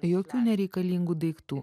jokių nereikalingų daiktų